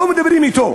לא מדברים אתו.